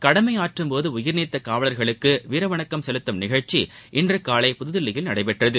கடமையாற்றும்போது உயிர்நீத்த காவல்களுக்கு வீரவணக்கம் செலுத்தும் நிகழ்ச்சி இன்று காலை புதுதில்லியில் நடைபெற்றது